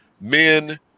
men